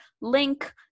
link